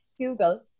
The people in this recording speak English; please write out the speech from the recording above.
Google